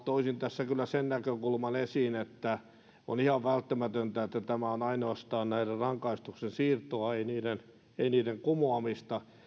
toisin tässä kyllä sen näkökulman esiin että on ihan välttämätöntä että tämä on ainoastaan näiden rangaistusten siirtoa ei niiden ei niiden kumoamista